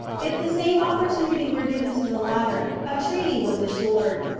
if the same opportunity were given to the latter, a treaty was assured.